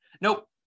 Nope